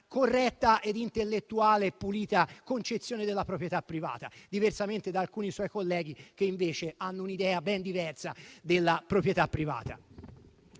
corretta, intellettuale e pulita concezione della proprietà privata, diversamente da alcuni suoi colleghi, che invece ne hanno un'idea ben diversa.